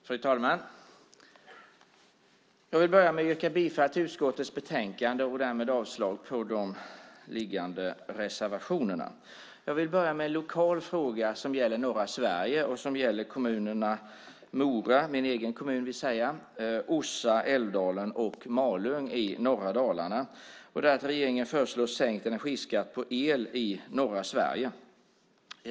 Fru talman! Jag vill börja med att yrka bifall till förslaget i utskottets betänkande och därmed avslag på de liggande reservationerna. Jag vill börja med en lokal fråga som gäller norra Sverige och kommunerna Mora, som är min egen kommun, Orsa, Älvdalen och Malung i norra Dalarna. Regeringen föreslår sänkt energiskatt på el i norra Sverige.